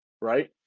right